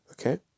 Okay